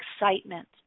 excitement